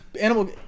Animal